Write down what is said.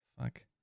Fuck